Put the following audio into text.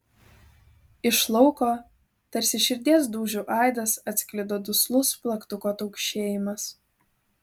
iš lauko tarsi širdies dūžių aidas atsklido duslus plaktuko taukšėjimas